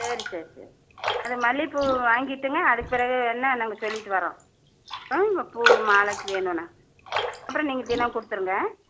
சரி சரி சரி அந்த மல்லிப்பூ வாங்கிட்டுங்க அதுக்குப் பிறகு வேணா நாங்கள் சொல்லிவிட்டு வரோம் ஆ பூ மாலைக்கு வேணும்ன்னு அப்புறம் நீங்கள் தினம் கொடுத்துடுங்க